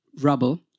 rubble